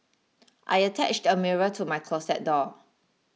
I attached a mirror to my closet door